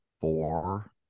four